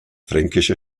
fränkische